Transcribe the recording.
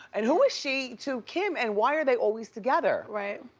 and who is she to kim, and why are they always together? right.